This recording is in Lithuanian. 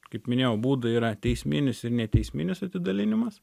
kaip minėjau būdai yra teisminis ir neteisminis atidalinimas